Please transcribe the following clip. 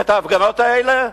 את ההפגנות האלה?